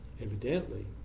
evidently